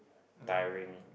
tiring